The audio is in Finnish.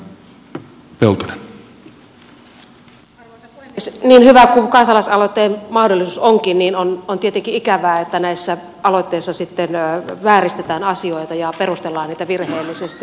niin hyvä kuin kansalaisaloitteen mahdollisuus onkin on tietenkin ikävää että näissä aloitteissa sitten vääristetään asioita ja perustellaan niitä virheellisesti